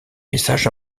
messages